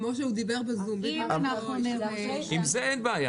כמו שהוא דיבר בזום --- אז אם אנחנו נראה --- עם זה אין בעיה.